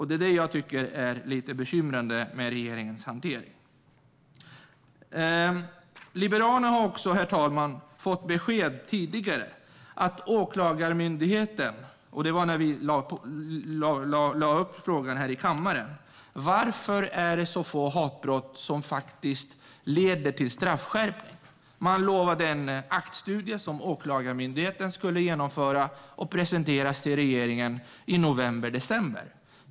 Det är det som är lite bekymmersamt när det gäller regeringens hantering. Herr talman! När Liberalerna har frågat här i kammaren tidigare varför så få hatbrott leder till straffskärpning lovade man en aktstudie som Åklagarmyndigheten skulle genomföra och presentera för regeringen i november december.